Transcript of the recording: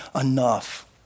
enough